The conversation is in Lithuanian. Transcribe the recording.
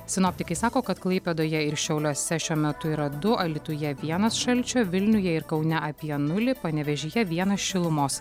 sinoptikai sako kad klaipėdoje ir šiauliuose šiuo metu yra du alytuje vienas šalčio vilniuje ir kaune apie nulį panevėžyje vienas šilumos